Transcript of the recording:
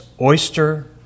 Oyster